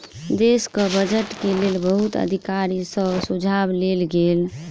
देशक बजट के लेल बहुत अधिकारी सॅ सुझाव लेल गेल